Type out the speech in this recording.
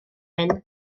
hyn